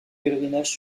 pèlerinages